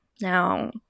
Now